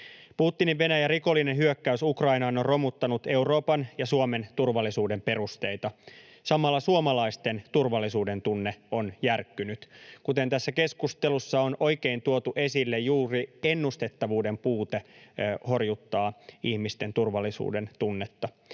Putinin Venäjän rikollinen hyökkäys Ukrainaan on romuttanut Euroopan ja Suomen turvallisuuden perusteita. Samalla suomalaisten turvallisuudentunne on järkkynyt. Kuten tässä keskustelussa on oikein tuotu esille, juuri ennustettavuuden puute horjuttaa ihmisten turvallisuudentunnetta.